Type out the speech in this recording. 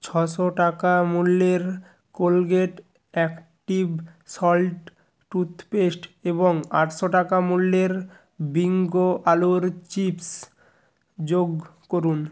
ছশো টাকা মূল্যের কোলগেট অ্যাক্টিভ সল্ট টুথপেস্ট এবং আটশো টাকা মূল্যের বিঙ্গো আলুর চিপ্স যোগ করুন